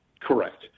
Correct